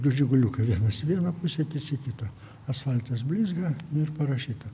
du žiguliukai vienas į vieną pusę kits į kitą asfaltas blizga ir parašyta